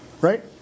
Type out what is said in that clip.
Right